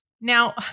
Now